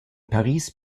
paris